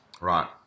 Right